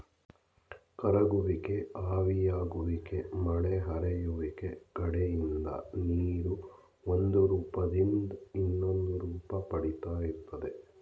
ಕರಗುವಿಕೆ ಆವಿಯಾಗುವಿಕೆ ಮಳೆ ಹರಿಯುವಿಕೆ ಕಡೆಯಿಂದ ನೀರು ಒಂದುರೂಪ್ದಿಂದ ಇನ್ನೊಂದುರೂಪ ಪಡಿತಾ ಇರ್ತದೆ